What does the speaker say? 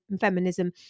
feminism